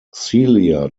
celia